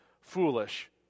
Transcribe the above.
foolish